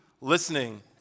listening